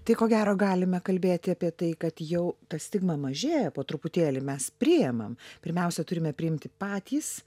tai ko gero galime kalbėti apie tai kad jau ta stigma mažėja po truputėlį mes priimam pirmiausia turime priimti patys